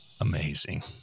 Amazing